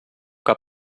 que